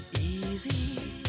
Easy